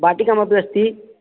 वाटिकामपि अस्ति